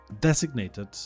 designated